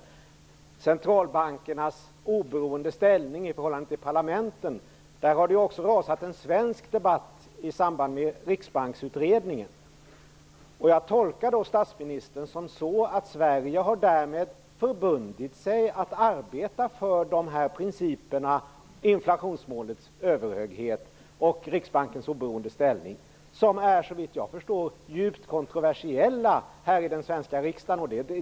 När det gäller centralbankernas oberoende ställning i förhållande till parlamenten har det också rasat en svensk debatt i samband med Riksbanksutredningen. Jag tolkar statsministern så, att Sverige därmed har förbundit sig att arbeta för principerna inflationsmålets överhöghet och Riksbankens oberoende ställning, som såvitt jag förstår är djupt kontroversiella frågor i den svenska riksdagen.